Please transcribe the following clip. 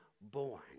born